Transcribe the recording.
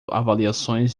avaliações